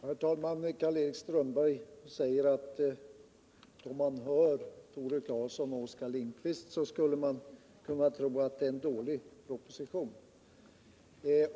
Herr talman! Karl-Erik Strömberg säger: Om man hör Tore Claeson och Oskar Lindkvist skulle man kunna tro att det är en dålig proposition.